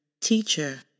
teacher